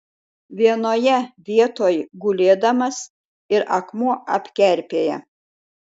vienoje vietoj gulėdamas ir akmuo apkerpėja